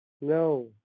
no